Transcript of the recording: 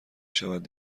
شود